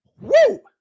woo